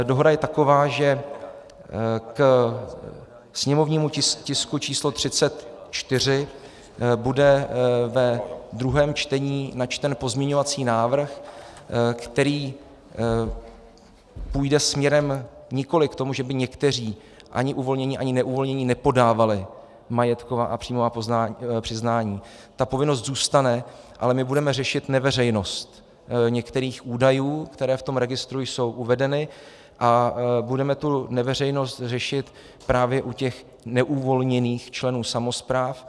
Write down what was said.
Dohoda je taková, že ke sněmovnímu tisku číslo 34 bude ve druhém čtení načten pozměňovací návrh, který půjde směrem nikoliv k tomu, že by někteří, ani uvolnění, ani neuvolnění, nepodávali majetková a příjmová přiznání, ta povinnost zůstane, ale my budeme řešit neveřejnost některých údajů, které v tom registru jsou uvedeny, a budeme tu neveřejnost řešit právě u těch neuvolněných členů samospráv.